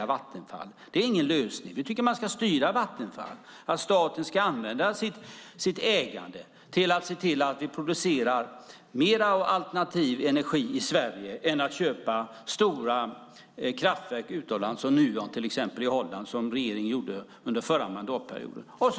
Det är ingen lösning. Vi tycker att man ska styra Vattenfall, att staten ska använda sitt ägande till att se till att vi producerar mer av alternativ energi i Sverige, i stället för att köpa stora kraftverk utomlands, som regeringen gjorde under förra mandatperioden, till exempel Nuon i Holland.